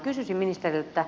kysyisin ministeriltä